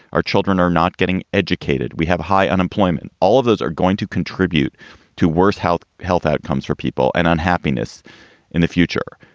our children are not getting educated. we have high unemployment. all of those are going to contribute to worse health, health outcomes for people and unhappiness in the future.